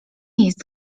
jest